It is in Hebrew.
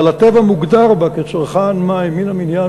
אבל הטבע מוגדר בה כצרכן מים מן המניין,